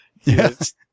Yes